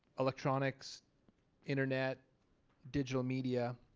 electronics internet digital media.